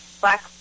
black